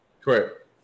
Correct